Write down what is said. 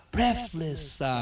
Breathless